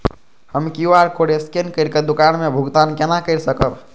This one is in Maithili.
हम क्यू.आर कोड स्कैन करके दुकान में भुगतान केना कर सकब?